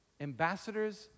Ambassadors